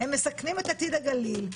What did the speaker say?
מסכנים את עתיד הגליל,